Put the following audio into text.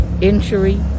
injury